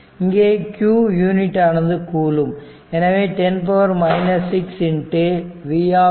இங்கே q unit ஆனது coulomb எனவே 10 6 v